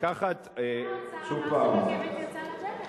לקחת, שר האוצר אמר שהרכבת יצאה לדרך.